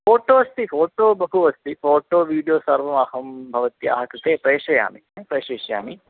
photo अस्ति photo बहु अस्ति फ़ोटो विडियो सर्वम् अहं भवत्याः कृते प्रेषयामि प्रेषयिष्यामि